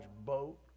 boat